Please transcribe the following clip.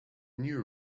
new